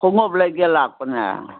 ꯈꯣꯉꯨꯞ ꯂꯩꯒꯦ ꯂꯥꯛꯄꯅꯦ